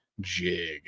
Jig